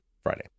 Friday